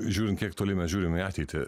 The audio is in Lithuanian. žiūrint kiek toli mes žiūrim į ateitį